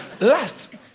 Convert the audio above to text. Last